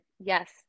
Yes